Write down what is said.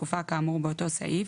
בתקופה כאמור באותו סעיף,